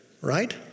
right